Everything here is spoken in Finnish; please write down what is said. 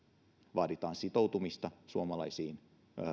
vaaditaan sitoutumista suomalaisiin